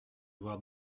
voir